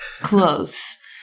close